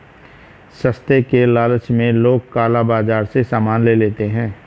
सस्ते के लालच में लोग काला बाजार से सामान ले लेते हैं